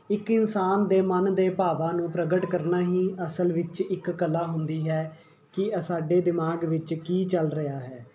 ਇੱਕ ਇਨਸਾਨ ਦੇ ਮਨ ਦੇ ਭਾਵਾਂ ਨੂੰ ਪ੍ਰਗਟ ਕਰਨਾ ਹੀ ਅਸਲ ਵਿੱਚ ਇੱਕ ਕਲਾ ਹੁੰਦੀ ਹੈ ਕਿ ਸਾਡੇ ਦਿਮਾਗ ਵਿੱਚ ਕੀ ਚੱਲ ਰਿਹਾ ਹੈ